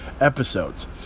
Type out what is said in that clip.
episodes